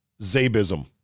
Zabism